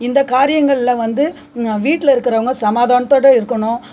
இந்த காரியங்களில் வந்து வீட்டில் இருக்கிறவங்க சமாதானத்தோடய இருக்கணும்